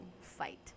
fight